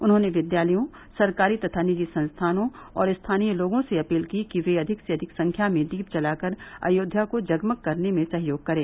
उन्होने विद्यालयों सरकारी तथा निजी सस्थानों और स्थानीय लोगों से अपील की कि वे अधिक से अधिक संख्या में दीप जलाकर अयोध्या को जगमग करने में सहयोग करें